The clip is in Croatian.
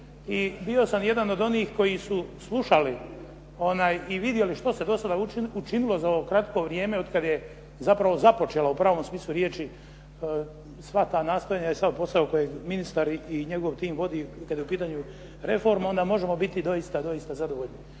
i bio sam jedan od onih koji su slušali i vidjeli što se do sada učinilo za ono kratko vrijeme otkada je zapravo započela u pravom smislu riječi sva ta nastojanja i sav posao kojeg ministar i njegov tim vodi kada je u pitanju reforma onda možemo biti doista, doista zadovoljni.